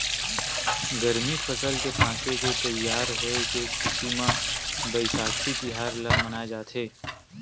गरमी फसल के पाके के तइयार होए के खुसी म बइसाखी तिहार ल मनाए जाथे